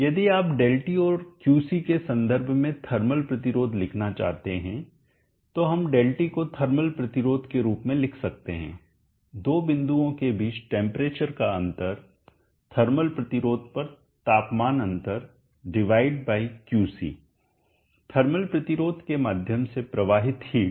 यदि आप ΔT और क्यूसी के संदर्भ में थर्मल प्रतिरोध लिखना चाहते हैं तो हम ΔT को थर्मल प्रतिरोध के रूप में लिख सकते हैं दो बिंदुओं के बीच टेंपरेचर का अंतर थर्मल प्रतिरोध पर तापमान अंतर डिवाइड बाई क्यूसी थर्मल प्रतिरोध के माध्यम से प्रवाहित हिट